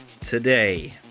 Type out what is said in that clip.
today